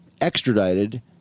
extradited